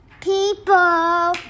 people